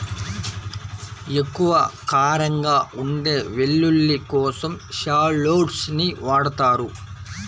ఎక్కువ కారంగా ఉండే వెల్లుల్లి కోసం షాలోట్స్ ని వాడతారు